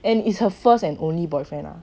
and it's her first and only boyfriend lah